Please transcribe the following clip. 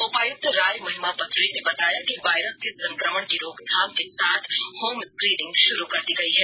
उपायुक्त राय महिमापत रे ने बताया कि वायरस के संकमण की रोकथाम के साथ होम स्कीनिंग शुरू कर दी गई है